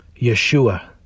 Yeshua